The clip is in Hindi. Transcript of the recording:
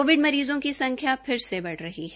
कोविड मरीजों की संख्या फिर से बढ़ रही है